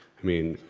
i mean,